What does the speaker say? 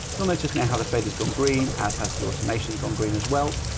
you'll notice now how the fed has gone green as has the automation has gone green as well.